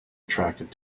attractive